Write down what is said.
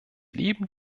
leben